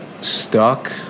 stuck